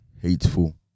hateful